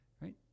Right